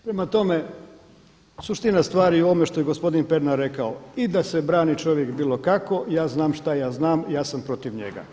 Prema tome, suština stvari je u ovome što je gospodin Pernar rekao i da se brani čovjek bilo kako ja znam šta ja znam i ja sam protiv njega.